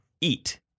eat